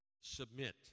submit